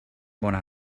bona